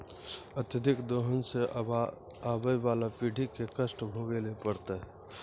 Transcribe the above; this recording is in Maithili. अत्यधिक दोहन सें आबय वाला पीढ़ी क कष्ट भोगै ल पड़तै